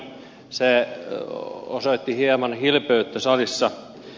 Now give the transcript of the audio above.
se herätti hieman hilpeyttä salissa